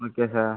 okay sir